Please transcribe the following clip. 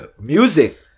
music